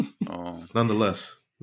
Nonetheless